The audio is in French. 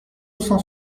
cent